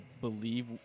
believe